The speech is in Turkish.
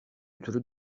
ötürü